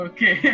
Okay